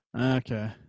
okay